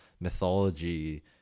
mythology